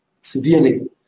severely